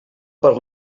per